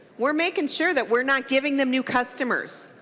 we are making sure that we are not giving them new customers.